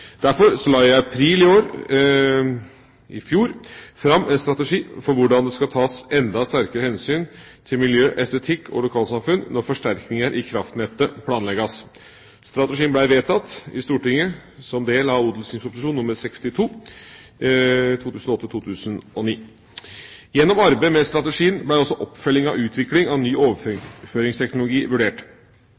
Derfor la jeg i april i fjor fram en strategi for hvordan det skal tas enda sterkere hensyn til miljø, estetikk og lokalsamfunn når forsterkninger i kraftnettet planlegges. Strategien ble vedtatt i Stortinget som del av Ot.prp. nr. 62 for 2008–2009. Gjennom arbeidet med strategien ble også oppfølging av utvikling av ny overføringsteknologi vurdert.